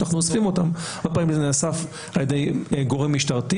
זה נאסף על ידי גורם משטרתי,